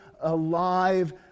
alive